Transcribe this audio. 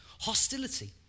hostility